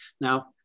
Now